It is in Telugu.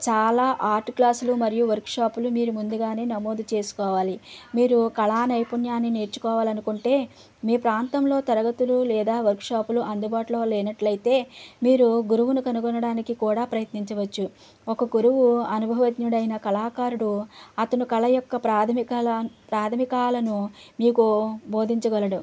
చాలా ఆర్ట్ క్లాసులు మరియు వర్క్షాపులు మీరు ముందుగానే నమోదు చేసుకోవాలి మీరు కళా నైపుణ్యాన్ని నేర్చుకోవాలి అనుకుంటే మీ ప్రాంతంలో తరగతులు లేదా వర్క్షాప్లు అందుబాటులో లేనట్లయితే మీరు గురువును కనుగొనడానికి కూడా ప్రయత్నించవచ్చు ఒక గురువు అనుభవజ్ఞుడైన కళాకారుడు అతను కళ యొక్క ప్రాథమికల ప్రాథమికాలను మీకు బోధించగలడు